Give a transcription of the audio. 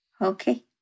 Okay